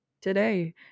today